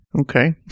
Okay